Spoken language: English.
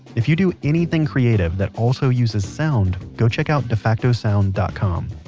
if you do anything creative that also uses sound, go check out defactosound dot com.